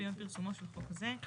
ביום פרסומו של חוק זה.